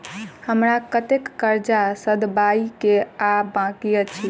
हमरा कतेक कर्जा सधाबई केँ आ बाकी अछि?